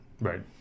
right